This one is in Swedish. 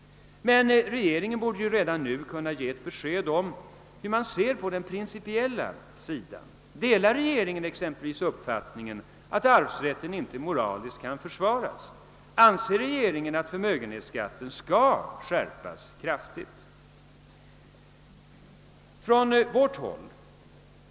Men regeringen borde redan nu kunna ge ett besked om hur den ser på den principiella frågan. Delar regeringen exempelvis uppfattningen att arvsrätten inte moraliskt kan försvaras? Anser regeringen att förmögenhetsskatten kraftigt skall skärpas?